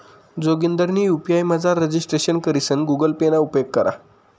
जोगिंदरनी यु.पी.आय मझार रजिस्ट्रेशन करीसन गुगल पे ना उपेग करा